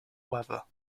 weather